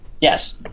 Yes